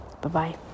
Bye-bye